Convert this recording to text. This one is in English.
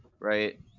Right